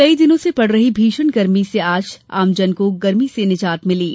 कई दिनों से पड़ रही भीषण गर्मी से आज आमजन को गर्मी से निजात मिली है